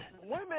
women